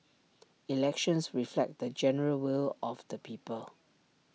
elections reflect the general will of the people